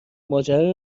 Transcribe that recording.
ماجرا